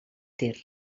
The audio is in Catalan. tir